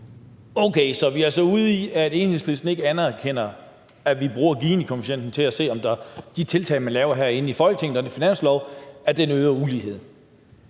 Okay, så vi er altså ude i, at Enhedslisten ikke anerkender, at vi bruger Ginikoefficienten til at se, om de tiltag, man laver herinde i Folketinget og i en finanslov, øger uligheden.